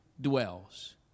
dwells